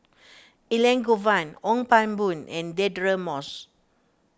Elangovan Ong Pang Boon and Deirdre Moss